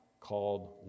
called